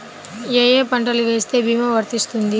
ఏ ఏ పంటలు వేస్తే భీమా వర్తిస్తుంది?